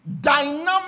dynamic